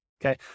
Okay